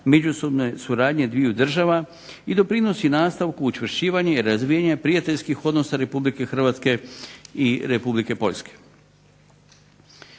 međusobne suradnje dviju država, i doprinosi nastavku učvršćivanja i razvijanja prijateljskih odnosa Republike Hrvatske i Republike Poljske.